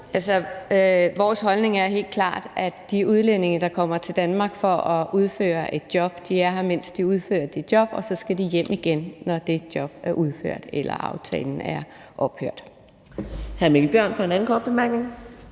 (DD): Vores holdning er helt klart, at de udlændinge, der kommer til Danmark for at udføre et job, er her, mens de udfører det job, og så skal de hjem igen, når det job er udført eller aftalen er ophørt.